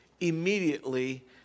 immediately